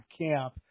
camp